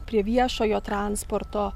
prie viešojo transporto